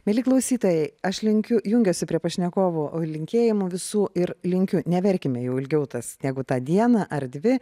mieli klausytojai aš linkiu jungiuosi prie pašnekovų linkėjimų visų ir linkiu neverkime jau ilgiau tas negu tą dieną ar dvi